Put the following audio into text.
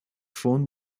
phone